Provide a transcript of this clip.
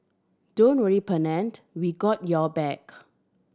don't worry Pennant we got your back